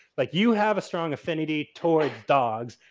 like you have a strong affinity towards dogs,